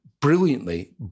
brilliantly